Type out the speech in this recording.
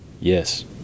Yes